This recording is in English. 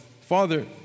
Father